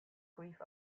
grieve